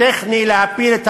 טכני להפיל את